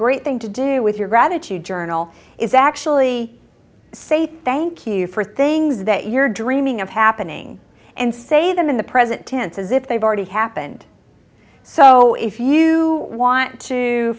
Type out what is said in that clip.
great thing to do with your gratitude journal is actually say thank you for things that you're dreaming of happening and say them in the present tense as if they've already happened so if you want to